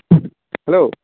hello